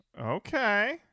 Okay